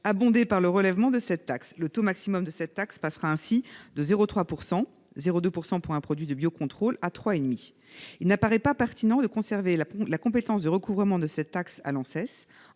abondé par le relèvement de cette taxe. Le taux maximum de cette taxe passera ainsi de 0,3 %- 0,2 % pour un produit de biocontrôle -à 3,5 %. Il n'apparaît pas pertinent de conserver la compétence de recouvrement de cette taxe à l'Anses.